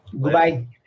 Goodbye